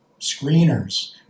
screeners